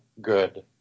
good